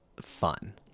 fun